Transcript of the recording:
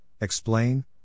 explain